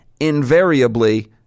invariably